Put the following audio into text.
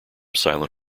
silent